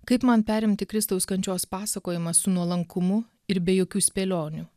kaip man perimti kristaus kančios pasakojimą su nuolankumu ir be jokių spėlionių